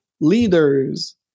leaders